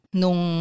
nung